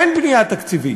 אין בנייה תקציבית.